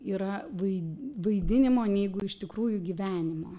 yra vaidi vaidinimo negu iš tikrųjų gyvenimo